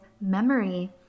memory